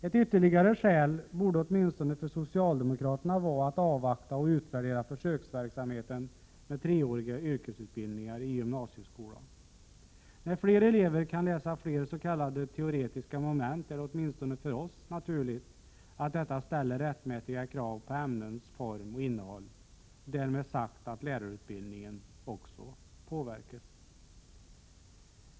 Ett ytterligare skäl borde åtminstone för socialdemokraterna vara att avvakta och utvärdera försöksverksamheten med treåriga yrkesutbildningar i gymnasieskolan. När fler elever kan läsa fler s.k. teoretiska moment, är det åtminstone för oss naturligt att detta ställer rättmätiga krav på ämnens form och innehåll. Därmed sagt att lärarutbildningen också påverkas.